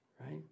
right